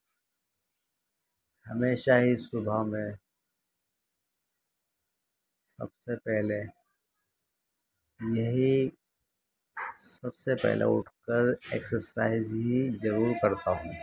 ہمیشہ ہی صبح میں سب سے پہلے یہی سب سے پہلے اٹھ کر ایکسرسائز ہی ضرور کرتا ہوں